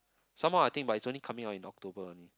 some more I think but it's only coming on in October only